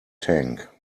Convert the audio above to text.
tank